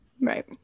right